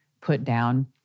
put-down